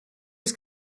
was